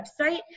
website